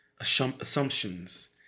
assumptions